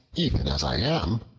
even as i am,